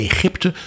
Egypte